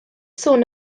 sŵn